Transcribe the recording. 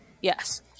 yes